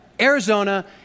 Arizona